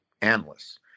analysts